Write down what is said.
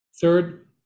Third